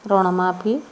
రుణ మాఫీ